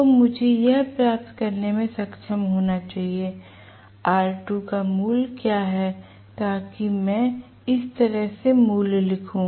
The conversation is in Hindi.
तो मुझे यह प्राप्त करने में सक्षम होना चाहिए R2 का मूल्य क्या है ताकि मैं इस तरह से मूल्य लिखूं